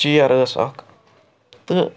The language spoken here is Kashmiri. چیَر ٲس اَکھ تہٕ